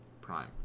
Prime